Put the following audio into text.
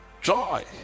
joy